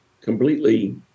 completely